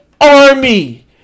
army